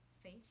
faith